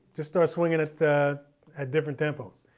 just start swinging at at different tempos.